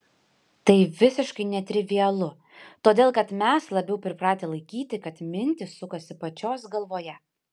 tai visiškai netrivialu todėl kad mes labiau pripratę laikyti kad mintys sukasi pačios galvoje